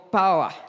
power